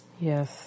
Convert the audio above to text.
Yes